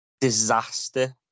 disaster